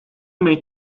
may